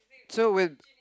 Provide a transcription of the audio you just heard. so with